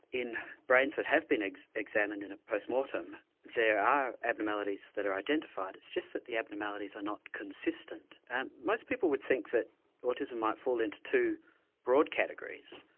in brains that have been examined in a post-mortem there are abnormalities that are identified. it's just that the abnormalities are not consistent. and most people would think that autism might fall into two broad categories.